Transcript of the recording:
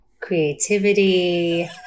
creativity